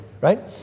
right